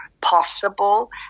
possible